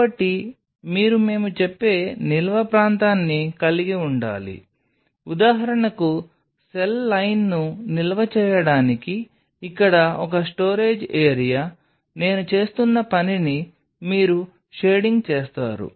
కాబట్టి మీరు మేము చెప్పే నిల్వ ప్రాంతాన్ని కలిగి ఉండాలి ఉదాహరణకు సెల్ లైన్ను నిల్వ చేయడానికి ఇక్కడ ఒక స్టోరేజ్ ఏరియా నేను చేస్తున్న పనిని మీరు షేడింగ్ చేస్తారు